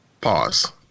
Pause